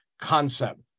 concept